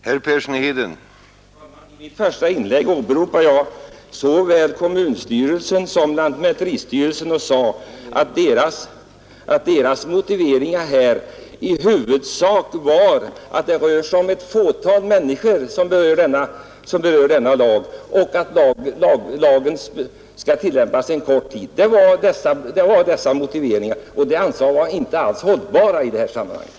Herr talman! Jag åberopade i mitt första anförande både Kommunförbundet och lantmäteristyrelsen och sade att deras motiveringar för ett avslag i huvudsak gick ut på att det endast är ett fåtal människor som berörs av denna lag och att lagen bara skall tillämpas en kort tid. Och de motiveringarna anser jag inte alls vara hållbara i sammanhanget.